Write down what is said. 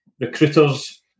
recruiters